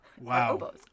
wow